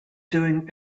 doing